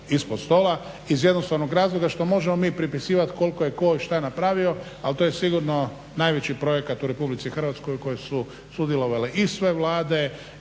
Iz jednostavnog razloga što možemo mi pripisivati koliko je ko i šta napravio ali to je sigurno najveći projekata u Republici Hrvatskoj u kojom su sudjelovale i sve Vlade